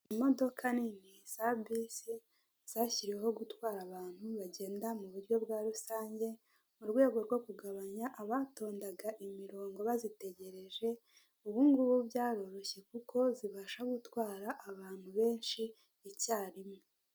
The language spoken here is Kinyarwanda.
Imodoka nini za bisi zashyiriweho gutwara abantu bagenda mu buryo bwa rusange, mu rwego rwo kugabanya abatondaga imirongo bazitegereje, ubugubu byaroroshye kuko zibasha gutwara abantu benshi icyarimwe.